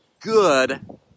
good